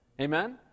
Amen